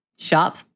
Shop